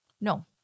no